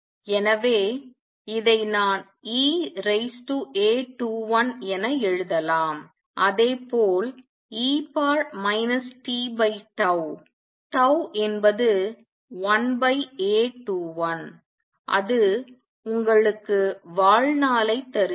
எனவே இதை நான் e raise to A21 என எழுதலாம் அதே போல் e tτ τ என்பது 1A21 அது உங்களுக்கு வாழ்நாளைத் தருகிறது